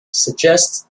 suggests